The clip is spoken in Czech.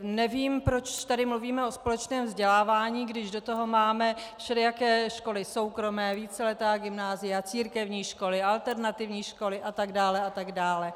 Nevím, proč tady mluvíme o společném vzdělávání, když do toho máme všelijaké školy soukromé, víceletá gymnázia, církevní školy, alternativní školy a tak dále a tak dále.